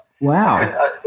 Wow